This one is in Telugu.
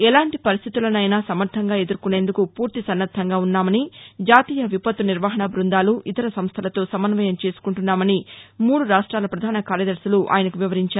ఎలాంటి పరిస్థితులనైనా సమర్గంగా ఎదుర్కొనేందుకు ఫూర్తి సన్నర్దంగా ఉన్నామని జాతీయ విపత్తు నిర్వహణ బృందాలు ఇతర సంస్లలతో సమన్వయం చేసుకుంటున్నామని మూడు రాష్ట్రాల ప్రధాన కార్యదర్శులు ఆయనకు వివరించారు